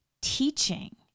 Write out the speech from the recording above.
teaching